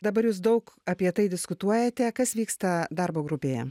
dabar jūs daug apie tai diskutuojate kas vyksta darbo grupėje